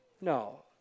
No